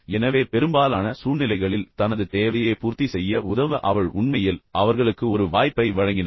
எனவே பெரும்பாலான சூழ்நிலைகளில் தனது தேவையை பூர்த்தி செய்ய உதவ அவள் உண்மையில் அவர்களுக்கு ஒரு வாய்ப்பை வழங்கினாள்